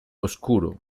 oscuro